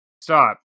Stop